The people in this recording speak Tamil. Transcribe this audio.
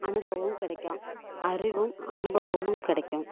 அனுபவம் கிடைக்கும் அறிவும் அனுபவமும் கிடைக்கும்